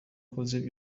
wakoze